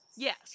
Yes